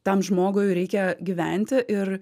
tam žmogui reikia gyventi ir